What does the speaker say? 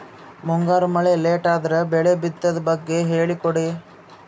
ಮುಂಗಾರು ಮಳೆ ಲೇಟ್ ಅದರ ಬೆಳೆ ಬಿತದು ಬಗ್ಗೆ ಹೇಳಿ ಕೊಡಿ?